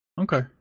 okay